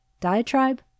Diatribe